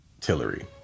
Tillery